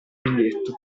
biglietto